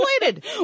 related